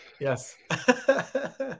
yes